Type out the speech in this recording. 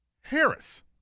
Harris